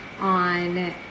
on